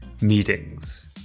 Meetings